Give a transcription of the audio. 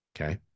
Okay